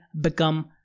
become